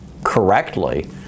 correctly